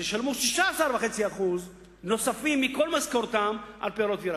אז ישלמו 16.5% נוספים ממשכורתם על פירות וירקות.